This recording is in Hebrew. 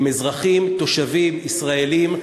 הם אזרחים, תושבים, ישראלים.